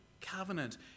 covenant